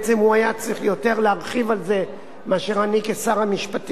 בעצם הוא היה צריך להרחיב על זה יותר ממני כשר המשפטים,